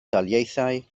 daleithiau